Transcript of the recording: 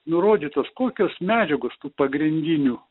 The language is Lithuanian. nurodytos kokios medžiagos tų pagrindinių